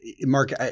Mark